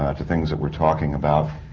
ah to things that we're talking about.